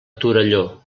torelló